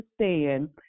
understand